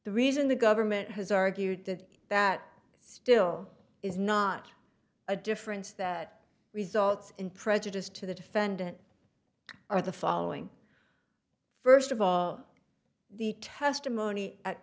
the reason the government has argued that still is not a difference that results in prejudice to the defendant are the following first of all the testimony at